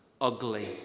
Ugly